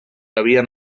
havien